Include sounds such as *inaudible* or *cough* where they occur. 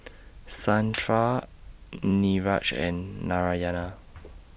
Santha *noise* Niraj and Narayana *noise*